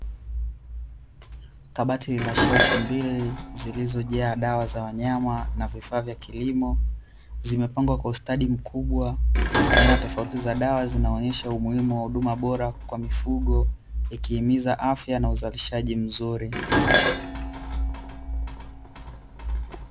Kabati la shelfu mbili zilizojaa dawa za wanyama na vifaa vya kilimo, zimepangwa kwa ustadi mkubwa aina tofauti za dawa zinaonesha umuhimu wa huduma bora, kwa mifugo ikihimiza afya na uzalishaji mzuri.